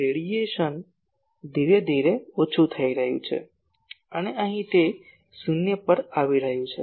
radiation ધીરે ધીરે ઓછું થઈ રહ્યું છે અને અહીં તે શૂન્ય પર આવી રહ્યું છે